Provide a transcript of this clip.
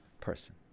person